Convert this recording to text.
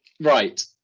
Right